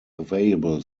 available